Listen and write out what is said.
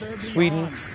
Sweden